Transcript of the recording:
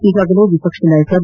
ಈಗಾಗಲೇ ವಿಪಕ್ಷ ನಾಯಕ ಬಿ